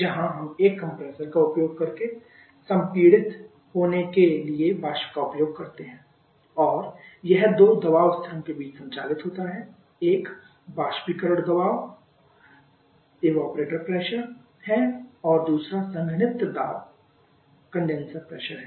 जहां हम एक कंप्रेसर का उपयोग करके संपीड़ित होने के लिए वाष्प का उपयोग करते हैं और यह दो दबाव स्तरों के बीच संचालित होता है एक वाष्पीकरण दाब है और दूसरा संघनित्र दाब है